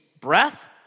breath